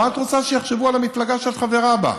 מה את רוצה שיחשבו על המפלגה שאת חברה בה,